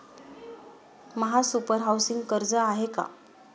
महासुपर हाउसिंग कर्ज आहे का?